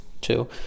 two